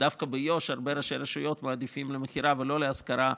ודווקא ביו"ש הרבה ראשי רשויות מעדיפים למכירה ולא להשכרה,